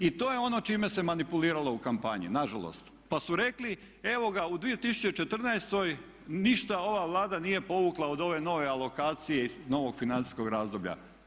I to je ono čime se manipuliralo u kampanji na žalost, pa su rekli evo ga, u 2014. ništa ova Vlada nije povukla od ove nove alokacije iz novog financijskog razdoblja.